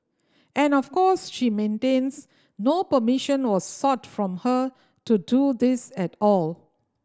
and of course she maintains no permission was sought from her to do this at all